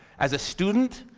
as a student,